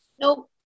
Nope